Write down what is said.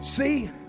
See